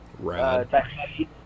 Right